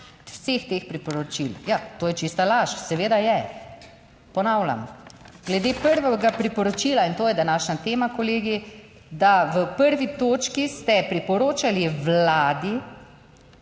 vseh teh priporočil. Ja, to je čista laž. Seveda je. Ponavljam, glede prvega priporočila in to je današnja tema. Kolegi, da v 1. točki ste priporočali Vladi,